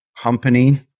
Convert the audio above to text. company